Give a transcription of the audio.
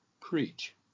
preach